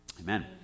Amen